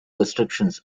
restrictions